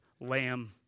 lamb